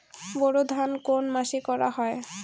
বোরো ধান কোন মাসে করা হয়?